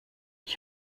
ich